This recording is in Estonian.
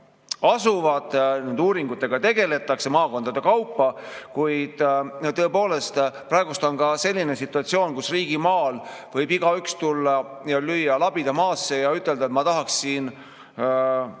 asuvad, nende uuringutega tegeldakse maakondade kaupa. Kuid tõepoolest, praegu on selline situatsioon, kus riigimaal võib igaüks tulla, lüüa labida maasse ja ütelda, et ma tahaksin